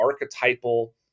archetypal